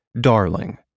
darling